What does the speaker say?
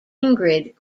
ingrid